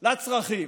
לצרכים.